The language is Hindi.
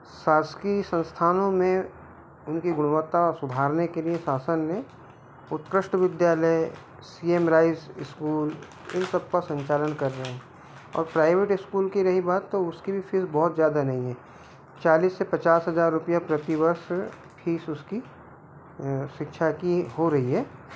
शासकीय संस्थानों में उनकी गुणवत्ता सुधारने के लिए शासन ने उत्कृष्ट विद्यालय सी एम राइस स्कूल इन सबका संचालन कर रहा है और प्राइवेट स्कूल की रही बात तो उसकी भी फीस बहुत ज़्यादा नहीं है चालिस से पचास हजार रुपया प्रति वर्ष फीस उसकी शिक्षा की हो रही है